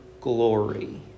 glory